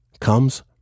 comes